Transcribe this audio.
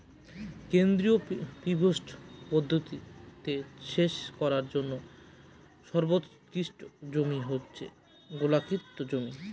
কেন্দ্রীয় পিভট পদ্ধতিতে সেচ করার জন্য সর্বোৎকৃষ্ট জমি হচ্ছে গোলাকৃতি জমি